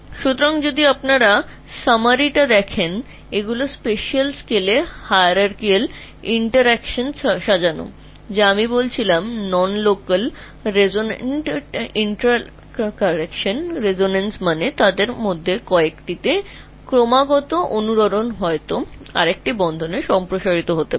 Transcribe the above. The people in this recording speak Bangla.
সুতরাং যদি সংক্ষিপ্ত বিবরণটি দেখতে হয় তারা স্থানিক স্কেল জুড়ে এই শ্রেণিবিন্যাসের অভ্যন্তরীণ ক্রিয়াকলাপে আবদ্ধ যেমন আমি বলেছি অস্থানীক অনুরণনমূলক মিথস্ক্রিয়া অনুরণন মানে তাদের মধ্যে কিছুটা চালিয়ে যাওয়া যা অন্য বন্ধনকে বৃহৎ করতে পারে